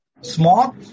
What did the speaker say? Smart